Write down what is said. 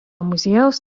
muziejaus